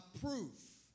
proof